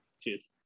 Cheers